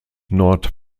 nord